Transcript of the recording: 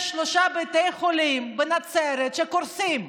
יש שלושה בתי חולים בנצרת שקורסים,